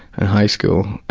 and high school.